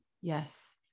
Yes